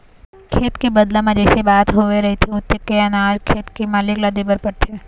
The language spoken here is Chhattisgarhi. खेत के बदला म जइसे बात होवे रहिथे ओतके कन अनाज खेत के मालिक ल देबर परथे